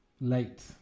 late